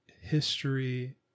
history